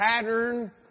pattern